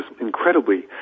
incredibly